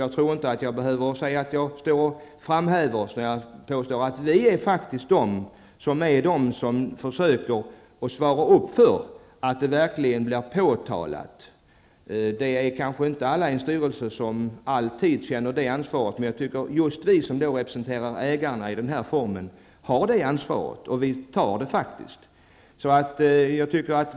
Jag tror att jag inte framhäver oss när jag påstår att vi faktiskt är de som försöker att svara för att detta verkligen blir påtalat. Det är kanske inte alla i en styrelse som alltid känner det ansvaret. Just vi som representerar ägarna har ett ansvar, och vi tar det faktiskt.